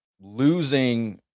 losing